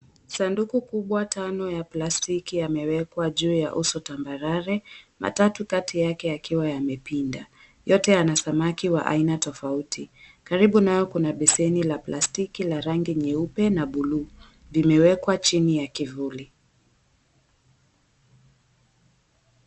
Sanduku kubwa tano ya plastiki yamewekwa juu ya uso tambarare, matatu kati yake yakiwa yamepinda. Yote yana samaki wa aina tofauti. Karibu nayo kuna beseni la plastiki la rangi nyeupe na buluu, vimewekwa chini ya kivuli.